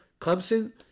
Clemson